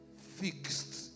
fixed